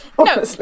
no